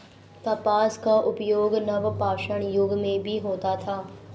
कपास का उपयोग नवपाषाण युग में भी होता था